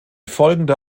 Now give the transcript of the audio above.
folgende